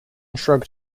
shrugged